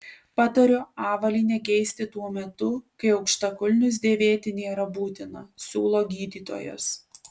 patariu avalynę keisti tuo metu kai aukštakulnius dėvėti nėra būtina siūlo gydytojas